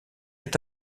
est